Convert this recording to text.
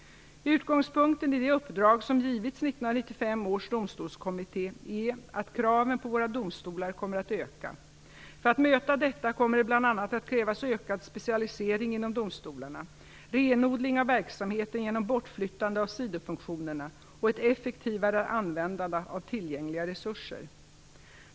Utgångspunkten i det uppdrag som givits 1995 års domstolskommitté är att kraven på våra domstolar kommer att öka. För att möta detta kommer det bl.a. att krävas ökad specialisering inom domstolarna, renodling av verksamheten genom bortflyttande av sidofunktionerna och ett effektivare användande av tillgängliga resurser.